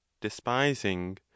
despising